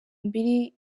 mbiri